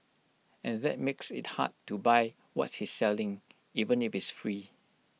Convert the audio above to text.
and that makes IT hard to buy what he's selling even if it's free